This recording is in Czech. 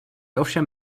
ovšem